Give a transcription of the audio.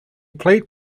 played